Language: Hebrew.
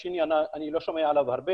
על השני אני לא שומע הרבה.